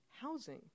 housing